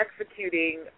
executing